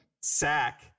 sack